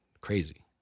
crazy